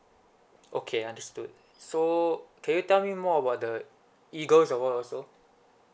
okay understood so can you tell me more about the eagles award also